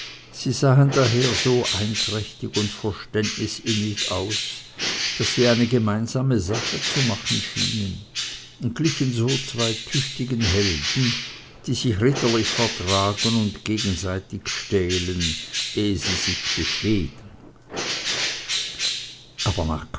sie sahen sogar so einträchtig und verständnisinnig aus daß sie eine gemeinsame sache zu machen schienen und glichen so zwei tüchtigen helden die sich ritterlich vertragen und gegenseitig stählen ehe sie sich befehden aber nach